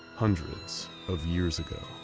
hundreds of years ago.